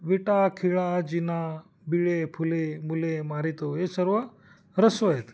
विटा खिळा जिना बिळे फुले मुले मारितो हे सर्व ऱ्हस्व आहेत